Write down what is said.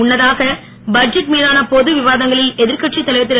முன்னதாக பட்ஜெட் மீதான பொதுவிவாதங்களில் எதிர்கட்சித் தலைவர் திரு